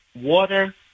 water